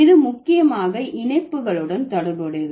இது முக்கியமாக இணைப்புகளுடன் தொடர்புடையது